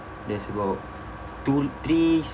there's about two three